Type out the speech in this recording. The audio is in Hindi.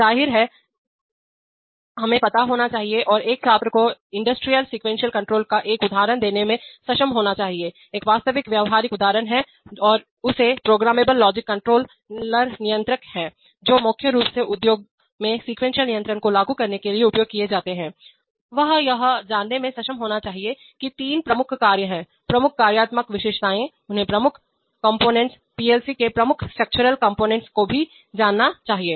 जाहिर है हमें पता होना चाहिएऔर एक छात्र को इंडस्ट्रियल सीक्वेंशियल कंट्रोल का एक उदाहरण देने में सक्षम होना चाहिए एक वास्तविक व्यावहारिक उदाहरण है और उसे प्रोग्रामेबल लॉजिक कंट्रोलर नियंत्रक हैं जो मुख्य रूप से उद्योग में सीक्वेंशियल नियंत्रण को लागू करने के लिए उपयोग किए जाते हैं वह यह जानने में सक्षम होना चाहिए कि तीन प्रमुख कार्य हैं प्रमुख कार्यात्मक विशेषताएं उन्हें प्रमुख कंपोनेंट्स पीएलसी के प्रमुख स्ट्रक्चरल कंपोनेंट्स को भी जानना चाहिए